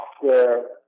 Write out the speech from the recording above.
software